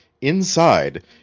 Inside